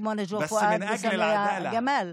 כמו נג'וא פואד וסאמיה ג'מאל,